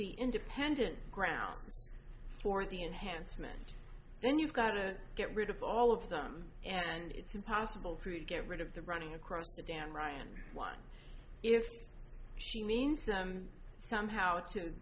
be independent grounds for the enhancement and you've got to get rid of all of them and it's impossible for you to get rid of the running across the dan ryan one if she means them somehow to